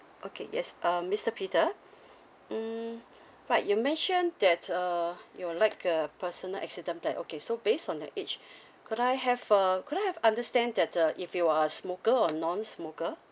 okay yes uh mister peter mm right you mentioned that uh you would like a personal accident plan okay so based on your age could I have uh could I have understand that uh if you are a smoker or non smoker